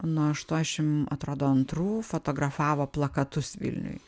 nuo aštuoniasdešimt atrodo antrų fotografavo plakatus vilniuj